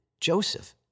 Joseph